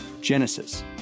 Genesis